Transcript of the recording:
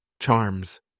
Charms